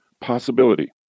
possibility